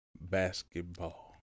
Basketball